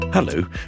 Hello